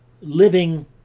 living